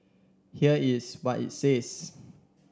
here is what it says